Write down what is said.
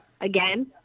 Again